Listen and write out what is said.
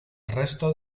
resto